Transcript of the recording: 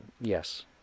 Yes